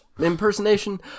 impersonation